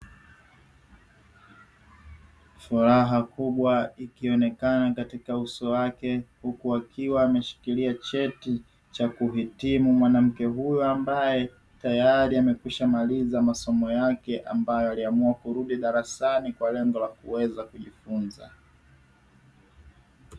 Furaha kubwa ikionekana katika uso wake, huku akiwa ameshikilia cheti cha kuhitimu, mwanamke huyu ambaye tayari amekwisha maliza masomo yake ambayo aliamua kurudi darasani kwa lengo la kuweza kujifunza.